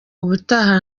ubutaha